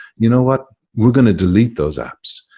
you know what, we're going to delete those apps.